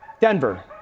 Denver